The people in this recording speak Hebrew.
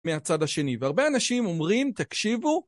מהצד השני, והרבה אנשים אומרים, תקשיבו.